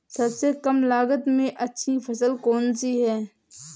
सबसे कम लागत में अच्छी फसल कौन सी है?